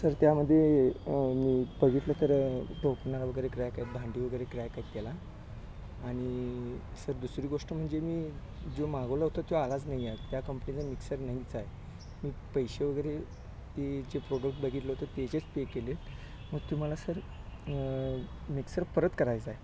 sir त्यामध्ये मी बघितलं तर टोपणं वगैरे क्रॅक आहेत भांडी वगैरे क्रॅक आहेत त्याला आणि सर दुसरी गोष्ट म्हणजे मी जो मागवला होतं तो आलाच नाही आहे त्या कंपनीचं मिक्सर नाहीच आहे मी पैसे वगैरे ते जे प्रोडक्ट बघितलं होतं त्याचेच पे केले मग तुम्हाला सर मिक्सर परत करायचा आहे